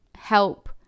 help